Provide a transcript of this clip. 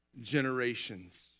generations